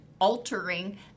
altering